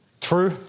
True